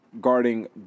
guarding